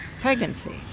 pregnancy